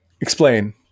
Explain